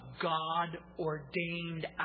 God-ordained